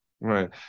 Right